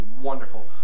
wonderful